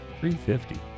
$350